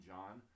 John